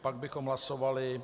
Pak bychom hlasovali...